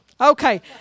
Okay